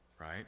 right